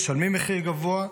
משלמים מחיר גבוה,